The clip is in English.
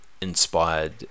inspired